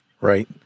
right